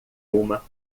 uma